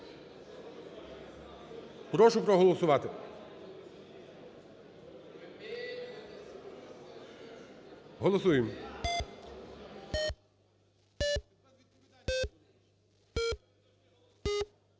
прошу проголосувати. Голосуємо,